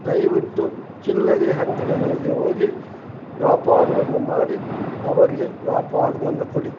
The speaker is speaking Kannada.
ದಯವಿಟ್ಟು ಚಿಲ್ಲರೆ ಅಂಗಡಿಗಳಿಗೆ ಹೋಗಿ ವ್ಯಾಪಾರವನ್ನು ಮಾಡಿ ಅವರಿಗೆ ವ್ಯಾಪಾರವನ್ನು ಕೊಡಿ